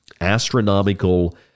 astronomical